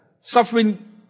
suffering